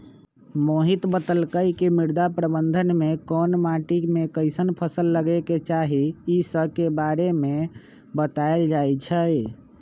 मोहित बतलकई कि मृदा प्रबंधन में कोन माटी में कईसन फसल लगे के चाहि ई स के बारे में बतलाएल जाई छई